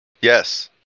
Yes